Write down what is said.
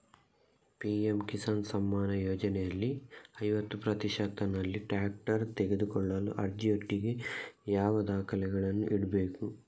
PM Kisan Samman ಯೋಜನೆಯಲ್ಲಿ ಐವತ್ತು ಪ್ರತಿಶತನಲ್ಲಿ ಟ್ರ್ಯಾಕ್ಟರ್ ತೆಕೊಳ್ಳಲು ಅರ್ಜಿಯೊಟ್ಟಿಗೆ ಯಾವ ದಾಖಲೆಗಳನ್ನು ಇಡ್ಬೇಕು?